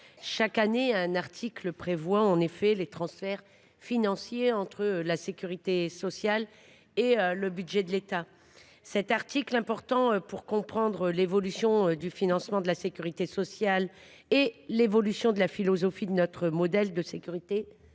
chaque année, un article prévoit en effet les transferts financiers entre la sécurité sociale et le budget de l’État. Cet article est important pour comprendre l’évolution tant du financement de la sécurité sociale que de la philosophie de son modèle. Petit à